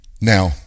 Now